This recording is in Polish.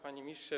Panie Ministrze!